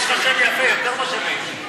יש לך שם יפה, יותר מאשר לי.